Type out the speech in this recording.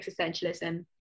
existentialism